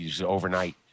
overnight